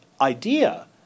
idea